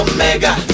Omega